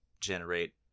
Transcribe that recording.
generate